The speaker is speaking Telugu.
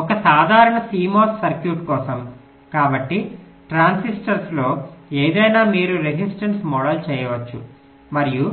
ఒక సాధారణ CMOS సర్క్యూట్ కోసం కాబట్టి ట్రాన్సిస్టర్లో ఏదైనా మీరు రెసిస్టన్స్ గామోడల్ చేయవచ్చు మరియు